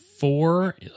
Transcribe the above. Four